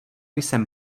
jsem